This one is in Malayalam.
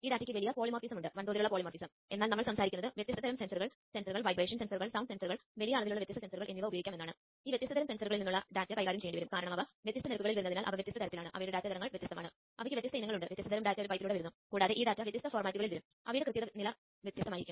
ZigBee യും Xbee യും ഈ പദങ്ങൾ പരസ്പരം ഉപയോഗിക്കാറുണ്ടെങ്കിലും അവ വ്യത്യസ്തമാണ്